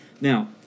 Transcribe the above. now